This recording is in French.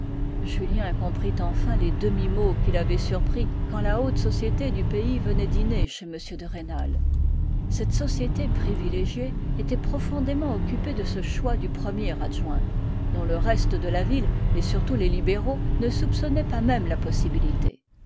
julien comprit enfin les demi-mots qu'il avait surpris quand la haute société du pays venait dîner chez m de rênal cette société privilégiée était profondément occupée de ce choix du premier adjoint dont le reste de la ville et surtout les libéraux ne soupçonnaient pas même la possibilité